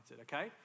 okay